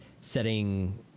setting